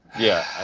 yeah,